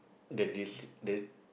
the dis~ the